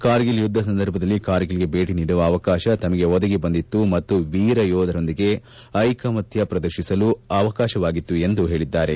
ಕಾರ್ಗಿಲ್ ಯುದ್ದ ಸಂದರ್ಭದಲ್ಲಿ ಕಾರ್ಗಿಲ್ಗೆ ಭೇಟಿ ನೀಡುವ ಅವಕಾಶ ತಮಗೆ ಒದಗಿ ಬಂದಿತ್ತು ಮತ್ತು ವೀರಯೋಧರೊಂದಿಗೆ ಐಕಮತ್ತ ಪ್ರದರ್ಶಿಸಲು ಅವಕಾಶವಾಗಿತ್ತು ಎಂದು ಹೇಳಿದ್ದಾರೆ